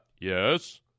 Yes